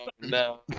no